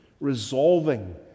resolving